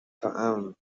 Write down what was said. توام